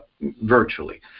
virtually